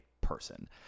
person